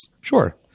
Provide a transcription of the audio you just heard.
Sure